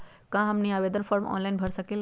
क्या हमनी आवेदन फॉर्म ऑनलाइन भर सकेला?